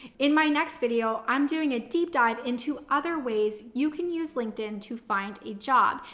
in my next video, i'm doing a deep dive into other ways. you can use linkedin to find a job.